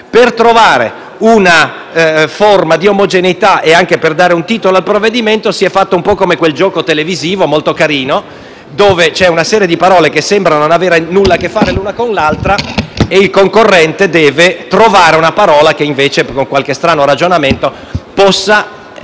Per trovare una forma di omogeneità, e anche per dare un titolo al provvedimento, si è fatto un po' come in quel gioco televisivo, molto carino, dove c'è una serie di parole che sembrano non avere nulla a che fare l'una con l'altra e il concorrente deve trovarne una che invece, per qualche strano ragionamento, possa